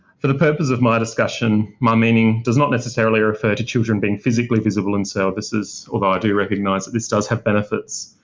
for the purpose of my discussion, my meaning does not necessarily refer to children being physically visible in services although i do recognise that this does have benefits.